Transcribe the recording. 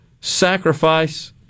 sacrifice